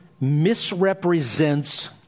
misrepresents